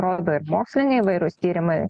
rodo ir moksliniai įvairūs tyrimai